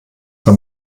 für